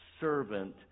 servant